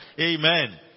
amen